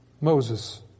Moses